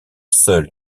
seul